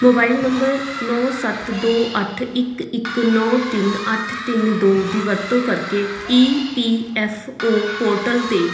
mobile number ਨੌਂ ਸੱਤ ਦੋ ਅੱਠ ਇੱਕ ਇੱਕ ਨੌਂ ਤਿੰਨ ਅੱਠ ਤਿੰਨ ਦੋ ਦੀ ਵਰਤੋਂ ਕਰਕੇ E P F O portal 'ਤੇ